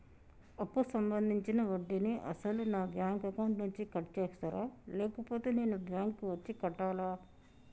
అప్పు సంబంధించిన వడ్డీని అసలు నా బ్యాంక్ అకౌంట్ నుంచి కట్ చేస్తారా లేకపోతే నేను బ్యాంకు వచ్చి కట్టాలా?